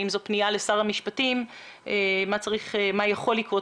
האם זו פנייה לשר המשפטים ומה יכול לקרות